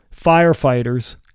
firefighters